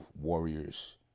warriors